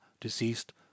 deceased